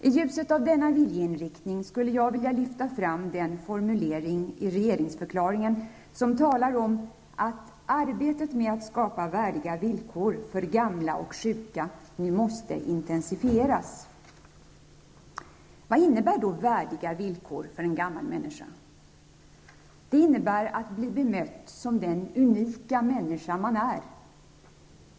I ljuset av denna viljeinriktning vill jag lyfta fram den formulering i regeringsförklaringen där det talas om ''att arbetet med att skapa värdiga villkor för gamla och sjuka nu måste intensifieras''. Vad innebär då värdiga villkor för en gammal människa? Det innebär att bli bemött som den unika människa man är.